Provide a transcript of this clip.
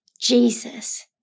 Jesus